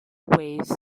waves